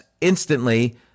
instantly